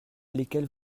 lesquelles